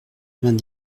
vingt